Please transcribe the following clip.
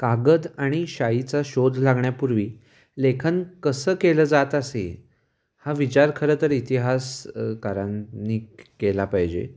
कागद आणि शाईचा शोध लागण्यापूर्वी लेखन कसं केलं जात असे हा विचार खरं तर इतिहासकारांनी केला पाहिजे